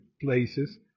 places